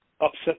upset